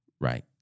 right